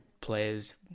players